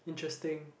interesting